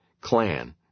clan